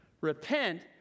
Repent